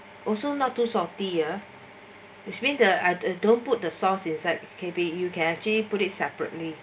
also not to salty ah is when the at uh don't put the sauce inside catchy put it separately